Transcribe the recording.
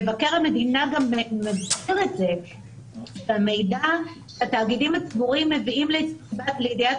מבקר המדינה גם מזכיר את זה שהמידע שהתאגידים הצבורים מביאים לידיעת